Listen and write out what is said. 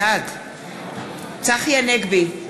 בעד צחי הנגבי,